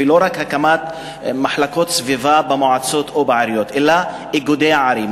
לא רק הקמת מחלקות לסביבה במועצות או בעיריות אלא איגודי ערים.